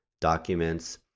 documents